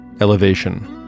elevation